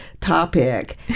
topic